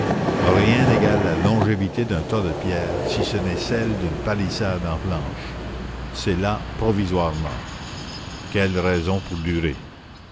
rien n'égale la longévité d'un tas de pierres si ce n'est celle d'une palissade en planches c'est là provisoirement quelle raison pour durer